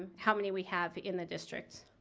ah how many we have in the district.